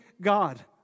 God